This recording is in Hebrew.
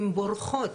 הן בורחות,